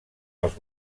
els